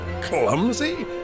Clumsy